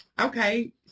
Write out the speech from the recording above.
Okay